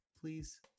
Please